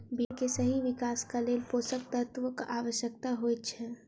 भेंड़ के सही विकासक लेल पोषण तत्वक आवश्यता होइत छै